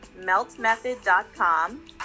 meltmethod.com